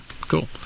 cool